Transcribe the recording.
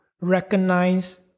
recognize